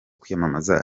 kwiyamamaza